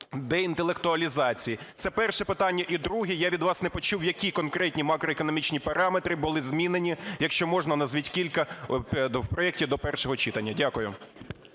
деінтелектуалізації? Це перше питання. І друге. Я від вас не почув, які конкретні макроекономічні параметри були змінені, якщо можна, назвіть кілька в проекті до першого читання? Дякую.